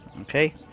Okay